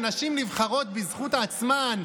שנשים נבחרות בזכות עצמן,